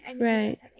Right